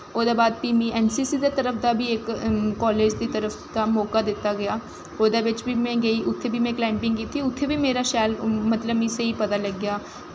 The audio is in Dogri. ओह्दै बाद में ऐन्न सी सी दी तरफ दा बी कालेज दी तरफ दा बी मौका दित्ता गेआ ओह्दै बिच्च बी में गेई उत्थें बी में कलाईंबिंग कीती उत्थें बी मतलब मिगी स्हेई पता लग्गेआ